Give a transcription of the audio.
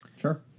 Sure